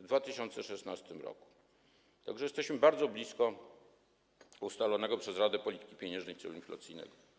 w 2016 r., tak że jesteśmy bardzo blisko ustalonego przez Radę Polityki Pieniężnej celu inflacyjnego.